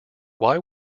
why